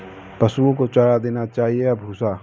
पशुओं को चारा देना चाहिए या भूसा?